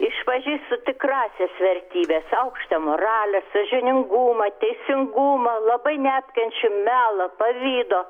išpažįstu tikrąsias vertybes aukštą moralę sąžiningumą teisingumą labai neapkenčiu melo pavydo